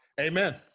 amen